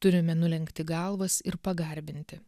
turime nulenkti galvas ir pagarbinti